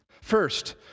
First